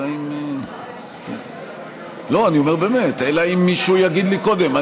אלא אם כן מישהו יגיד לי קודם.